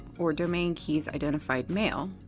or domain keys identified mail,